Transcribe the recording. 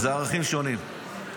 זה ערכים שונים.